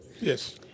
Yes